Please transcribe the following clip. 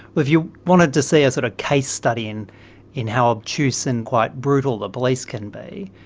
if you wanted to see a sort of case study in in how obtuse and quite brutal the police can be,